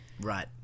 Right